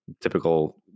typical